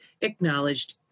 acknowledged